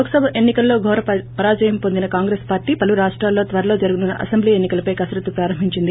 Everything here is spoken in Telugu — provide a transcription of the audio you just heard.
లోక్సభ ఎన్ని కల్లో ఘోర పరాజయం పొందిన కాంగ్రెస్ పార్టీ పలు రాష్టాల్లో త్వరలో జరుగనున్న అసెంబ్లీ ఎన్ని కలపై కసరత్తు ప్రారంబించింది